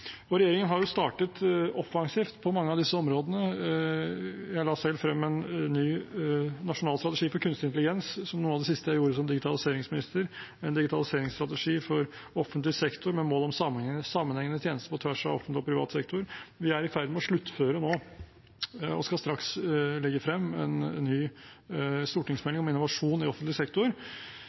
Regjeringen har jo startet offensivt på mange av disse områdene. Jeg la selv frem en ny nasjonal strategi for kunstig intelligens som noe av det siste jeg gjorde som digitaliseringsminister, en digitaliseringsstrategi for offentlig sektor med mål om sammenhengende tjenester på tvers av offentlig og privat sektor. Vi er i ferd med å sluttføre nå og skal straks legge frem en ny stortingsmelding om innovasjon i offentlig sektor.